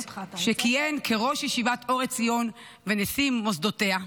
שכיהן כראש ישיבת אור עציון ונשיא מוסדותיה,.